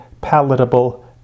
palatable